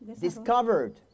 discovered